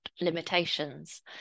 limitations